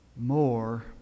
more